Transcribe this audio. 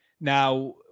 now